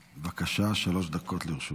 בבקשה, שלוש דקות לרשותך.